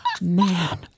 Man